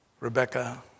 Rebecca